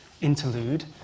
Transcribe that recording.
interlude